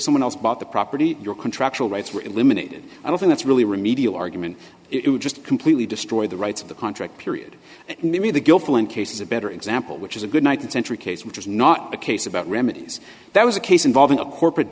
someone else bought the property your contractual rights were eliminated i don't think that's really remedial argument it would just completely destroy the rights of the contract period in the me the gilfillan case is a better example which is a good one thousand century case which is not the case about remedies that was a case involving a corporate